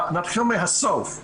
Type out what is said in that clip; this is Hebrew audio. נתחיל מהסוף.